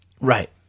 Right